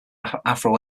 afro